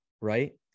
right